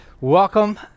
Welcome